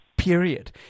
period